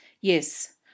Yes